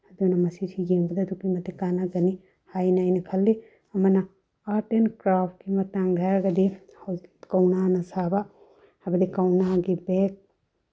ꯑꯗꯨꯅ ꯃꯁꯤꯁꯨ ꯌꯦꯡꯕꯗ ꯑꯗꯨꯛꯀꯤ ꯃꯇꯤꯛ ꯀꯥꯅꯒꯅꯤ ꯍꯥꯏꯅ ꯑꯩꯅ ꯈꯜꯂꯤ ꯑꯃꯅ ꯑꯥꯔꯠ ꯑꯦꯟ ꯀ꯭ꯔꯥꯐꯀꯤ ꯃꯇꯥꯡꯗ ꯍꯥꯏꯔꯒꯗꯤ ꯀꯧꯅꯥꯅ ꯁꯥꯕ ꯍꯥꯏꯕꯗꯤ ꯀꯧꯅꯥꯒꯤ ꯕꯦꯒ